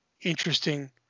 interesting